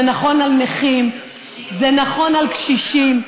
זה נכון לנכים, זה נכון לקשישים.